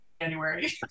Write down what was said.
January